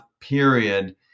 period